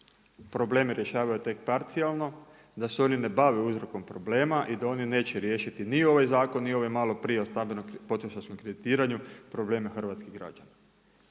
probleme rješavaju tek parcionalno, da se oni ne bave uzrokom problema i da oni neće riješiti ni ovaj zakon ni ovaj malo prije od stambenog, potrošačkog kreditiranju probleme hrvatskih građana.